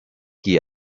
qui